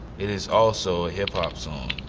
it is also a hip hop song.